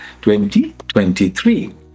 2023